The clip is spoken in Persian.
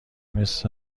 اسم